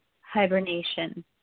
hibernation